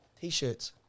T-shirts